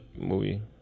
Movie